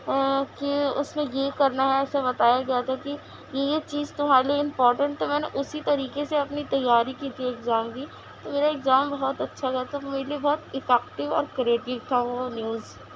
اور کہ اُس میں یہ کرنا ہے ایسا بتایا گیا تھا کہ یہ چیز تمہارے لیے امپورٹنٹ میں نے اُسی طریقے سے اپنی تیاری کی تھی ایگزام کی تو میرا ایگزام بہت اچھا گیا تھا تو میرے لیے بہت افکٹیو اور کریٹیو تھا وہ نیوز